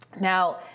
Now